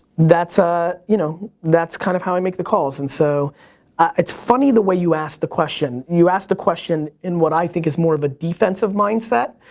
that's, ah you know, that's kind of how i make the calls. and so it's funny the way you asked the question. you asked the question in what i think is more of a defensive mindset,